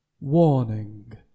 Warning